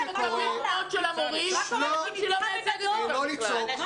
אנחנו מקבלים פניות של המורים שהיא לא מייצגת אותם בכלל.